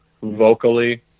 vocally